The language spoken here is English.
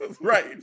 Right